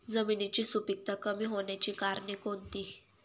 जमिनीची सुपिकता कमी होण्याची कारणे कोणती?